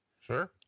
Sure